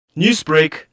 Newsbreak